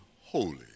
holy